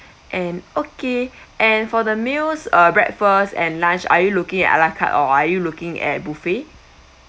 and okay and for the meals uh breakfast and lunch are you looking at ala carte or are you looking at buffet